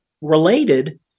related